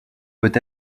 peut